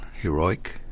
heroic